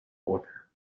order